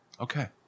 okay